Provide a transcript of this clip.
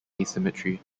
asymmetry